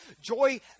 Joy